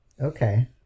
Okay